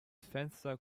fenster